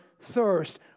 thirst